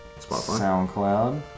SoundCloud